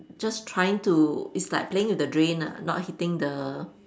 just trying to it's like playing with the drain ah not hitting the